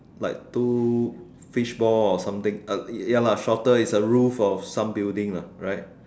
like two fishball or something uh ya lah shorter it's a roof of some building lah right